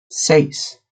seis